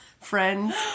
Friends